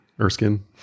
Erskine